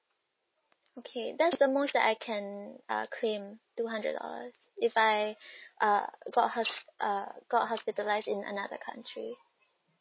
okay that's the most that I can uh claim two hundred dollars if I uh got hos~ uh got hospitalised in another country